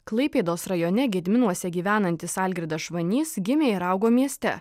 klaipėdos rajone gedminuose gyvenantis algirdas švanys gimė ir augo mieste